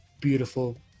beautiful